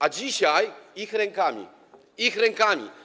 A dzisiaj ich rękami, ich rękami.